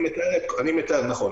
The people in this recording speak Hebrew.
נכון.